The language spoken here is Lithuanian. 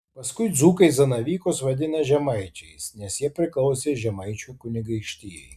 paskui dzūkai zanavykus vadina žemaičiais nes jie priklausė žemaičių kunigaikštijai